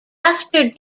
after